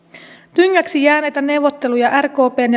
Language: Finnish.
tyngäksi jääneitä neuvotteluja rkpn